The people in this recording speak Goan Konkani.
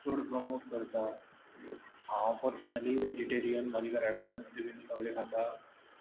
चड प्रमोट करता हांव पर्सनली व्हॅजिटेरीयन म्हजे घरा कडेन नुस्तें बी सगळीं खाता